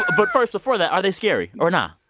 but first, before that, are they scary or nah?